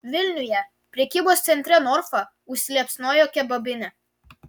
vilniuje prekybos centre norfa užsiliepsnojo kebabinė